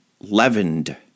leavened